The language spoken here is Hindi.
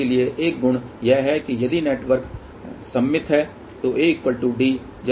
इसलिए एक गुण यह है कि यदि नेटवर्क सममित है तो AD